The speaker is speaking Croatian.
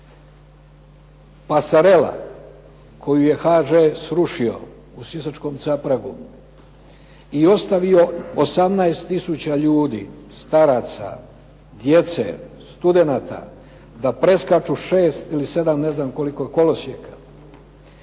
osobu. Pasarela koju je HŽ srušio u sisačkom Capragu i ostavio 18 tisuća ljudi, staraca, djece, studenata da preskaču 6 ili 7 kolosijeka,